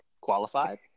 qualified